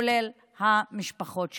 כולל המשפחות שלהם.